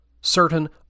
certain